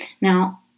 Now